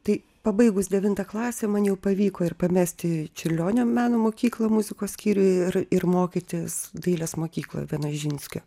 tai pabaigus devintą klasę man jau pavyko ir pamesti čiurlionio meno mokyklą muzikos skyrių ir ir mokytis dailės mokykloj vienožinskio